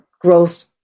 growth